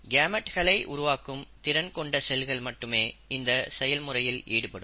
கேமெட்களை உருவாக்கும் திறன் கொண்ட செல்கள் மட்டுமே இந்த செயல்முறையில் ஈடுபடும்